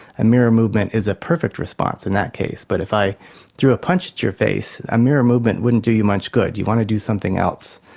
mirror movement is a perfect response in that case. but if i threw a punch at your face, a mirror movement wouldn't do you much good, you'd want to do something else.